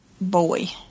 Boy